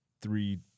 three